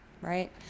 Right